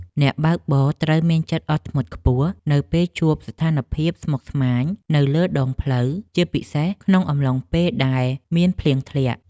អ្នកបើកបរត្រូវមានចិត្តអត់ធ្មត់ខ្ពស់នៅពេលជួបស្ថានភាពស្មុគស្មាញនៅលើដងផ្លូវជាពិសេសក្នុងអំឡុងពេលដែលមានភ្លៀងធ្លាក់។